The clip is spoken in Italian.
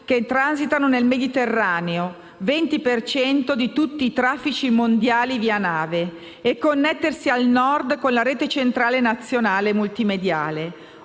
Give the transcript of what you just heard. che transitano nel Mediterraneo (20 per cento di tutti i traffici mondiali via nave) e connettersi al Nord con la Rete centrale nazionale (multimediale).